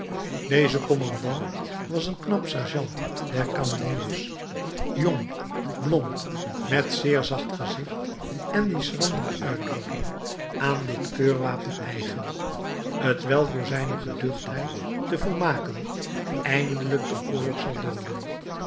deze kommandant was een knap sergeant der kanonniers jong blond met zeer zacht gezicht en die schrandere uitdrukking aan dit keurwapen eigen t welk door zijne geduchtheid te volmaken eindelijk den oorlog zal dooden